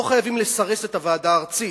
לא חייבים לסרס את הוועדה הארצית,